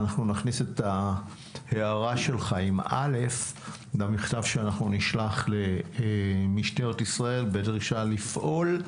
נכניס את ההארה שלך למכתב שנשלח למשטרת ישראל בדרישה לפעול,